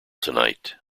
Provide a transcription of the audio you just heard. tonight